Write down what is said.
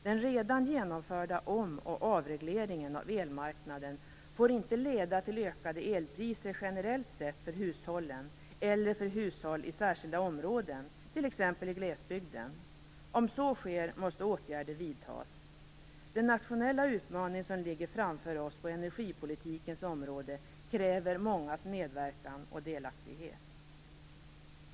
Den redan genomförda omoch avregleringen av elmarknaden får inte leda till ökade elpriser generellt sett för hushållen eller för hushåll i särskilda områden, t.ex. i glesbygden. Om så sker måste åtgärder vidtas. Den nationella utmaning som ligger framför oss på energipolitikens område kräver mångas medverkan och delaktighet."